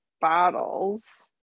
bottles